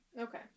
Okay